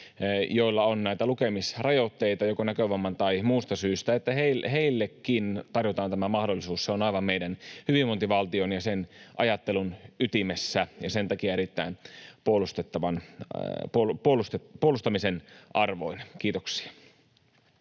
joilla on lukemisrajoitteita joko näkövamman takia tai muusta syystä, tarjotaan tämä mahdollisuus, on aivan meidän hyvinvointivaltion ja sen ajattelun ytimessä ja sen takia erittäin puolustamisen arvoista. — Kiitoksia.